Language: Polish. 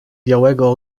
białego